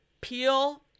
Peel